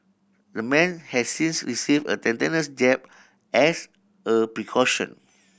the man has since receive a tetanus jab as a precaution